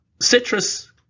citrus